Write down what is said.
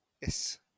yes